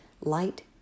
light